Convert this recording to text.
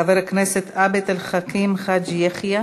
חבר הכנסת עבד אל חכים חאג' יחיא.